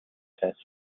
test